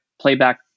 playback